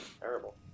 Terrible